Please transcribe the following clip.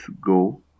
go